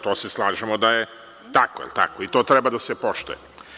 To se slažemo da je tako kako je i to treba da se poštuje.